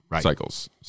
cycles